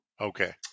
okay